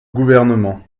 gouvernement